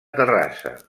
terrassa